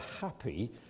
happy